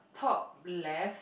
top left